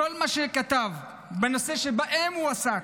הנכתב בנושאים שבהם הוא עסק.